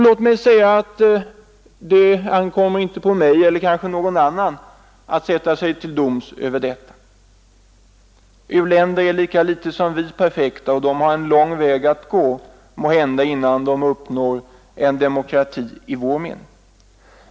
Det ankommer inte på mig, eller på någon annan, att sätta sig till doms över detta. U-länder är lika litet som vi perfekta och de har en lång väg att gå innan de uppnår ett demokratiskt styrelseskick i vår mening.